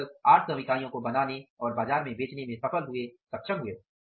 हम केवल 800 इकाईयों को बनाने और बाज़ार में बेचने में सक्षम हुए